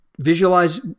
visualize